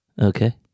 Okay